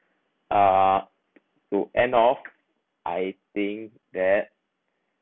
uh to end of I think that